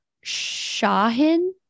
Shahin